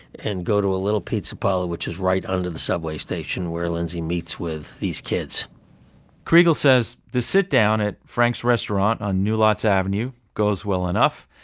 and go to a little pizza parlor, which is right under the subway station, where lindsay meets with these kids kriegel says the sit down at frank's restaurant on new lots avenue goes well enough,